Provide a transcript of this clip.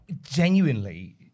Genuinely